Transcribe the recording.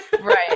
right